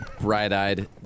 bright-eyed